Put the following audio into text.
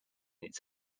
its